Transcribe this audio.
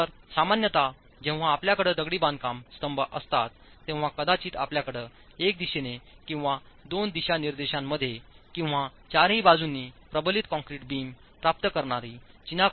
तर सामान्यत जेव्हा आपल्याकडे दगडी बांधकाम स्तंभ असतात तेव्हा कदाचित आपल्याकडे एका दिशेने किंवा दोन दिशानिर्देशांमध्ये किंवा चारहीबाजूंनीप्रबलित कंक्रीट बीम प्राप्त करणारी चिनाकृती स्तंभ असू शकतो